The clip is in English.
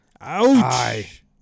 Ouch